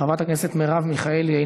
חברת הכנסת מרב מיכאלי,